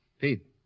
Pete